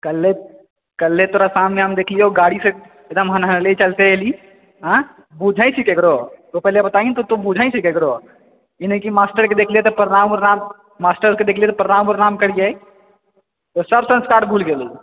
कल्हे कल्हे तोरा शाममे हम देखलियौ गाड़ी से एकदम हन हननै चलिते एलिही आयँ बुझै छी केकरो तू पहले बताही तू बुझै छी केकरो ई नहि की मास्टर के देखली तऽ प्रणाम उरनाम करिए ओ सब संस्कार भूलि गेलिही